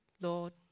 Lord